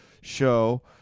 show